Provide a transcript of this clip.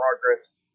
progress